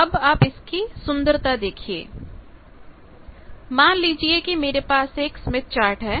अब आप इसकी सुंदरता देखिए कि मान लीजिए मेरे पास एक स्मिथ चार्ट है